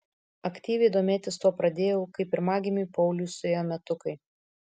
aktyviai domėtis tuo pradėjau kai pirmagimiui pauliui suėjo metukai